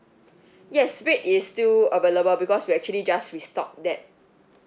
yes red is still available because we actually just restock that